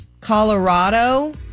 Colorado